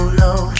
low